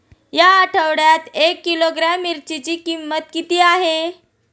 या आठवड्यात एक किलोग्रॅम मिरचीची किंमत किती आहे?